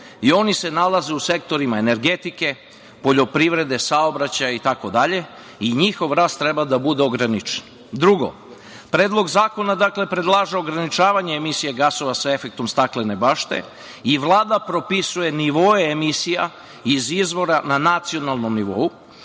i oni se nalaze u sektorima energetike, poljoprivrede, saobraćaja, itd, i njihov rast treba da bude ograničen. Drugo, Predlog zakona predlaže ograničavanje emisije gasova sa efektom staklene bašte i Vlada propisuje nivoe emisija iz izvora na nacionalnom nivou